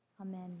Amen